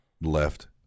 Left